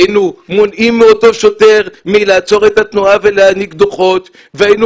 היינו מונעים מאותו שוטר מלעצור את התנועה ולהעניק דוחות והיינו